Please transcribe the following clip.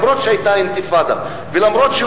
אף-על-פי שהיתה אינתיפאדה ואף-על-פי